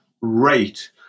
rate